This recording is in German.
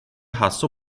hasso